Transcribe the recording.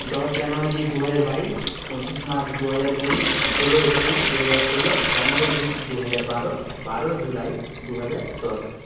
দশ জানুয়ারি দু হাজার বাইশ পঁচিশ মার্চ দু হাজার কুড়ি ষোলো এপ্রিল দু হাজার ষোলো পনেরো জুন দু হাজার বারো বারো জুলাই দু হাজার দশ